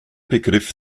begriff